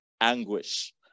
anguish